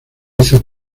hizo